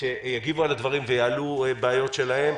שיגיבו על הדברים ויעלו בעיות שלהם.